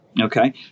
okay